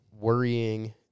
worrying